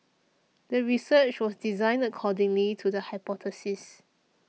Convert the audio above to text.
the research was designed according to the hypothesis